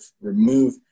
remove